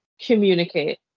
Communicate